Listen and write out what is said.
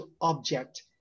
object